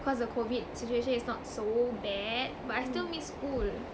cause the COVID situation is not so bad but I still miss school